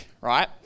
right